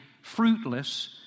fruitless